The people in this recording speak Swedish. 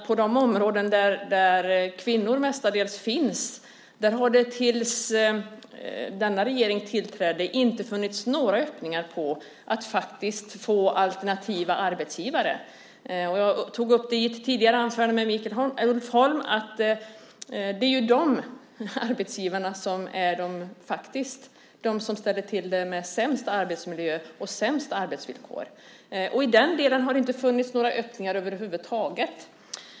På de områden där kvinnor mestadels finns har det, tills den nuvarande regeringen tillträdde, inte funnits några öppningar för att få alternativa arbetsgivare. Jag tog upp detta med Ulf Holm i ett tidigare replikskifte, alltså att det är de arbetsgivarna som ställer till det genom att ha den sämsta arbetsmiljön och de sämsta arbetsvillkoren. I den delen har det inte funnits några öppningar över huvud taget.